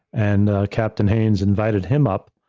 and captain haines invited him up,